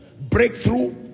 Breakthrough